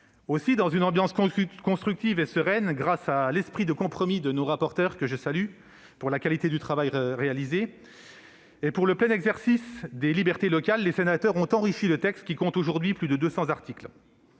Aussi, dans une ambiance constructive et sereine, grâce à l'esprit de compromis de nos rapporteurs, que je salue pour la qualité du travail réalisé, et pour le plein exercice des libertés locales, les sénateurs ont enrichi le texte, qui compte aujourd'hui plus de 200 articles.